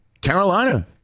Carolina